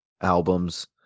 albums